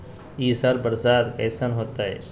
ई साल बरसात कैसन होतय?